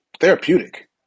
therapeutic